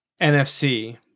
NFC